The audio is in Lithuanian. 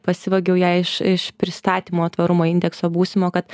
pasivogiau ją iš iš pristatymo tvarumo indekso būsimo kad